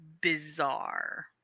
bizarre